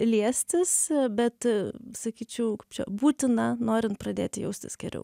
liestis bet a sakyčiau kaip čia būtina norint pradėti jaustis geriau